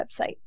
website